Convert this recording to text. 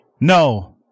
No